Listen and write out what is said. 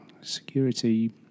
security